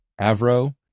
Avro